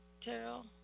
Terrell